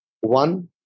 one